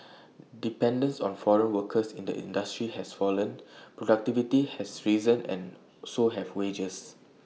dependence on foreign workers in the industry has fallen productivity has risen and so have wages